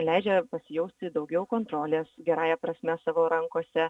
leidžia pasijausti daugiau kontrolės gerąja prasme savo rankose